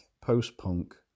post-punk